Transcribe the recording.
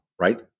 right